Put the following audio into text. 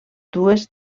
dues